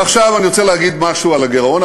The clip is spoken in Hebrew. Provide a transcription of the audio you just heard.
עכשיו אני רוצה להגיד משהו על הגירעון,